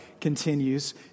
continues